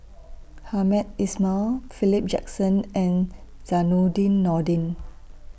Hamed Ismail Philip Jackson and Zainudin Nordin